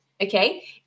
Okay